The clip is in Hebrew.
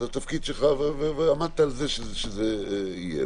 זה התפקיד שלך, ועמדת על זה שזה יהיה.